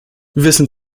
wissen